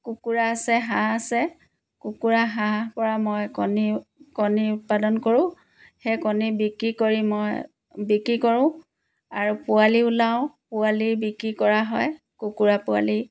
কুকুৰা আছে হাঁহ আছে কুকুৰা হাঁহৰ পৰা মই কণী কণী উৎপাদন কৰোঁ সেই কণী বিক্ৰী কৰি মই বিক্ৰী কৰোঁ আৰু পোৱালি ওলাওঁ পোৱালী বিক্ৰী কৰা হয় কুকুৰা পোৱালি